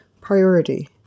priority